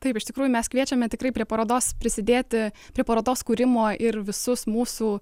taip iš tikrųjų mes kviečiame tikrai prie parodos prisidėti prie parodos kūrimo ir visus mūsų